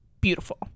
beautiful